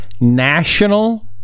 National